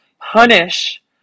punish